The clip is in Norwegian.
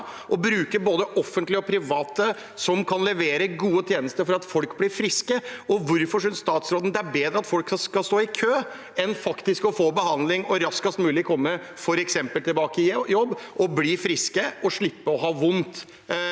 bruker både offentlige og private som kan levere gode tjenester for at folk blir friske. Hvorfor synes statsråden det er bedre at folk står i kø enn at de får behandling og raskest mulig f.eks. kommer tilbake i jobb, blir friske og slipper å ha vondt?